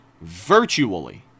virtually